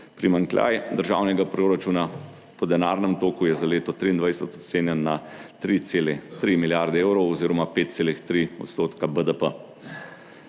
Primanjkljaj državnega proračuna po denarnem toku je za leto 2023 ocenjen na 3,3 milijarde evrov oziroma 5,3 % BDP.